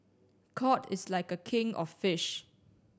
cod is like a king of fish